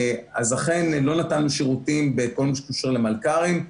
אכן לא נתנו שירותים בכל מה שקשור למלכ"רים.